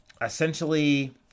Essentially